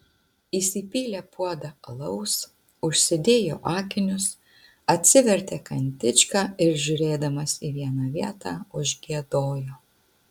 įsipylė puodą alaus užsidėjo akinius atsivertė kantičką ir žiūrėdamas į vieną vietą užgiedojo